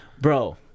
bro